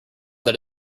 that